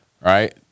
right